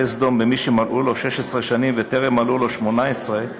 סדום במי שמלאו לו 16 שנים וטרם מלאו לו 18 שנים,